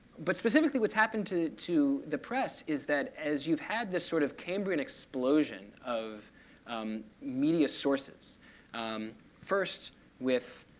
but specifically, what's happened to to the press is that, as you've had this sort of cambrian explosion of media sources first with